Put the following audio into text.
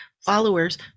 followers